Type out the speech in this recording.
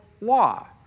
law